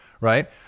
right